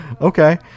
Okay